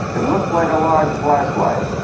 it looks like a large flashlight.